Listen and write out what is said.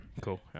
Cool